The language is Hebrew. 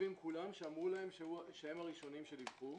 שכותבים כולם שאמרו להם שהם הראשונים שדיווחו,